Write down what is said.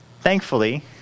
thankfully